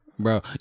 Bro